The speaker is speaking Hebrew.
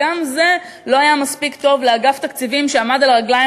גם זה לא היה מספיק טוב לאגף התקציבים שעמד על הרגליים